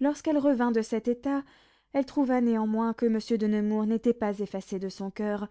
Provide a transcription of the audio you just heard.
lorsqu'elle revint de cet état elle trouva néanmoins que monsieur de nemours n'était pas effacé de son coeur